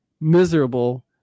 miserable